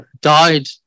died